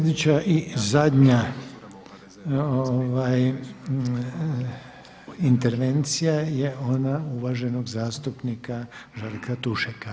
Sljedeća i zadnja intervencija je ona uvaženog zastupnika Žarka Tušaka.